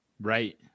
Right